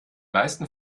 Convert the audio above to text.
meisten